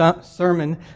sermon